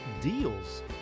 deals